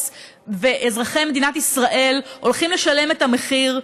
ואזרחי מדינת ישראל הולכים לשלם את המחיר,